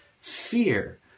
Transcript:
fear